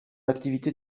activité